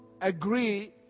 agree